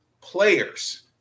Players